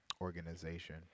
organization